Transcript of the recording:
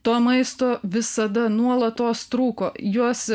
to maisto visada nuolatos trūko juos